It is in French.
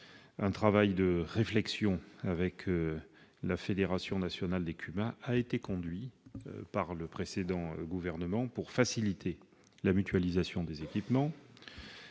Un travail de réflexion avec la Fédération nationale des CUMA a été conduit par le précédent gouvernement pour faciliter la mutualisation des équipements